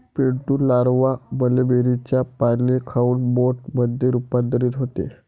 Pintu larva मलबेरीचे पाने खाऊन मोथ मध्ये रूपांतरित होते